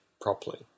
properly